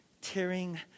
tearing